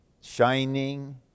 shining